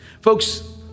Folks